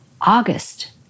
August